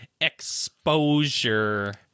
exposure